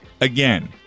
again